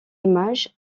images